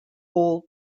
all